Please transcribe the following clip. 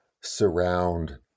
surround